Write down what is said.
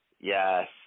Yes